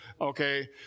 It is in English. okay